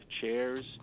chairs